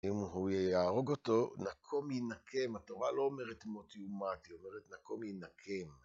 אם הוא יהרוג אותו, נקום יינקם, התורה לא אומרת מות יומת, היא אומרת נקום יינקם.